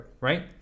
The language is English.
Right